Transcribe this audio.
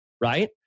right